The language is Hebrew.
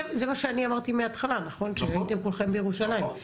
זה מה שאני אמרתי מהתחלה, שהייתם כולכם בירושלים.